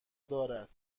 دارد